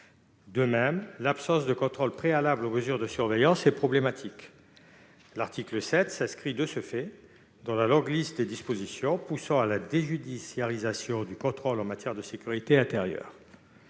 De même, l'absence de contrôle préalable aux mesures de surveillance est problématique. De ce fait, l'article 7 s'inscrit dans la longue liste des dispositions qui poussent à la déjudiciarisation du contrôle en matière de sécurité intérieure.